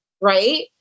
right